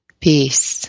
peace